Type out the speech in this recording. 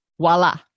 Voila